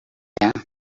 callar